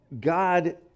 God